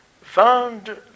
found